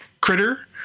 critter